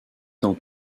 dans